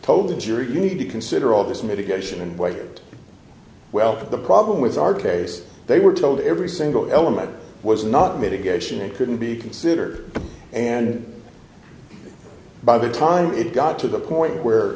told the jury you need to consider all this mitigation and weight well the problem with our case they were told every single element was not mitigation and couldn't be considered and by the time it got to the point where